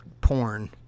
porn